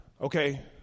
Okay